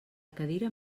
cadira